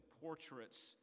portraits